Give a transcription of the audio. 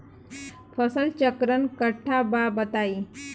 फसल चक्रण कट्ठा बा बताई?